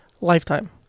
Lifetime